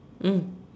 mm